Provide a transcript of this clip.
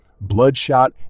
Bloodshot